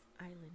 island